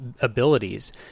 abilities